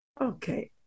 okay